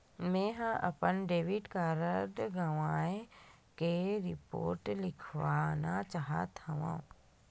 मेंहा अपन debit card गवाए के रिपोर्ट लिखना चाहत हव